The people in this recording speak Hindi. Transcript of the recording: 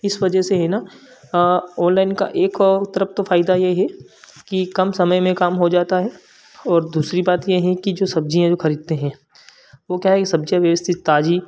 इस वजह से है ना ऑनलाइन का एक ओर तरफ तो फायदा यह है कि कम समय में काम हो जाता है और दूसरी बात यह है कि जो सब्ज़ियाँ जो खरीदते हैं वह क्या है कि सब्ज़ियाँ व्यवस्थित ताजी